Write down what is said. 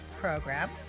program